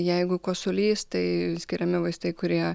jeigu kosulys tai skiriami vaistai kurie